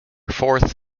fourth